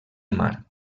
mar